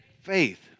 Faith